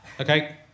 Okay